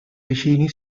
vicini